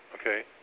Okay